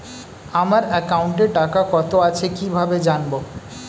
আমার একাউন্টে টাকা কত আছে কি ভাবে জানবো?